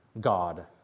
God